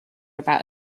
about